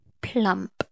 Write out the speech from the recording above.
Plump